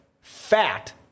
fat